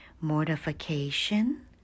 mortification